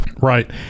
Right